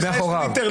לך יש טוויטר,